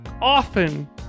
often